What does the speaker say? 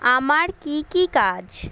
আমার কী কী কাজ